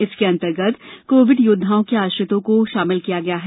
इसके अन्तर्गत कोविड योद्वाओं के आश्रितों को शामिल किया गया है